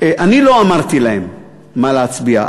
אני לא אמרתי להם מה להצביע.